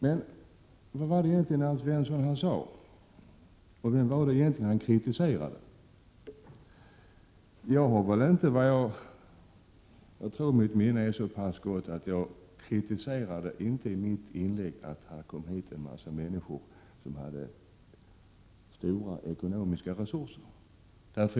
Men vad var det egentligen Alf Svensson sade, och vem var det egentligen han kritiserade? Jag kan inte komma ihåg — och jag litar på mitt minne — att jag i mitt inlägg kritiserade att det kom hit en massa människor som hade stora ekonomiska resurser.